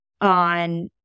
on